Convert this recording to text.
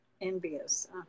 Envious